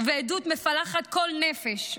ובעדות המפלחת כל נפש,